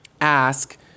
ask